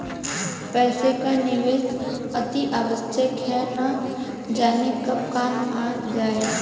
पैसे का निवेश अतिआवश्यक है, न जाने कब काम आ जाए